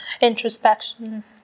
introspection